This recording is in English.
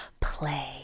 play